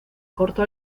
corto